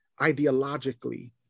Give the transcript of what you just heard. ideologically